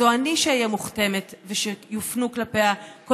זו אני שאהיה מוכתמת ושיופנו כלפיה כל